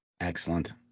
Excellent